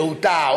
להוטה,